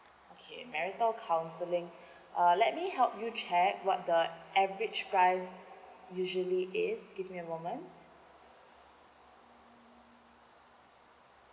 okay marital counselling uh let me help you check what the average price usually is give me a moment